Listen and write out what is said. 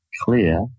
clear